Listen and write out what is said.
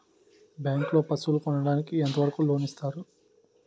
Bank లో పశువుల కొనడానికి ఎంత వరకు లోన్ లు ఇస్తారు?